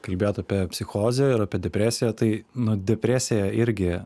kalbėjot apie psichozę ir apie depresiją tai nu depresija irgi